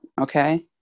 okay